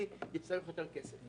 ייעשה אנחנו נצטרך יותר כסף.